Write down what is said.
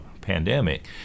pandemic